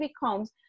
becomes